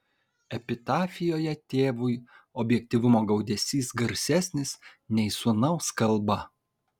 epitafijoje tėvui objektyvumo gaudesys garsesnis nei sūnaus kalba